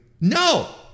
No